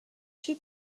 two